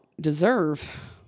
deserve